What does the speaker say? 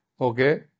okay